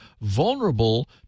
vulnerable